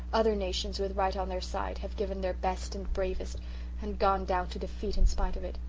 other nations, with right on their side, have given their best and bravest and gone down to defeat in spite of it.